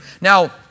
Now